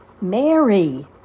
Mary